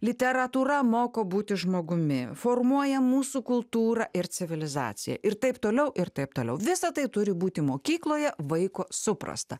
literatūra moko būti žmogumi formuoja mūsų kultūrą ir civilizaciją ir taip toliau ir taip toliau visa tai turi būti mokykloje vaiko suprasta